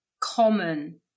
common